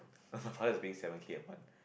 err my father is paying seven K a month